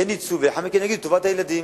יהיה ניצול ואחר כך יגידו: טובת הילדים.